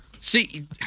See